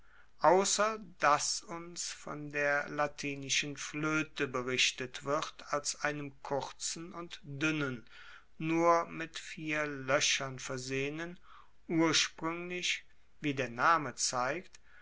ausser dass uns von der latinischen floete berichtet wird als einem kurzen und duennen nur mit vier loechern versehenen urspruenglich wie der name zeigt